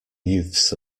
youths